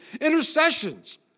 intercessions